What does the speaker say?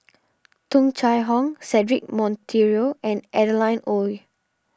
Tung Chye Hong Cedric Monteiro and Adeline Ooi